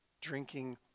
drinking